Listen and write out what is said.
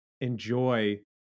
enjoy